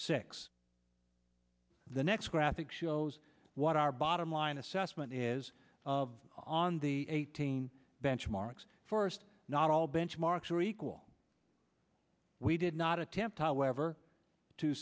six the next graphic shows what our bottom line assessment is of on the eighteen benchmarks forest not all benchmarks are equal we did not attempt however to